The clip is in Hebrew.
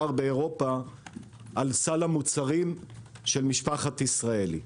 באירופה על סל המוצרים של משפחת ישראלי?